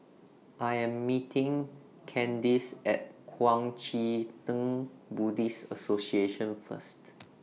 I Am meeting Candis At Kuang Chee Tng Buddhist Association First